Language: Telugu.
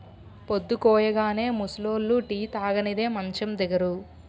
పొద్దుకూయగానే ముసలోళ్లు టీ తాగనిదే మంచం దిగరు